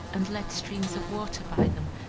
and led streams of water by them,